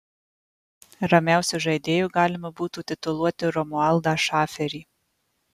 ramiausiu žaidėju galima būtų tituluoti romualdą šaferį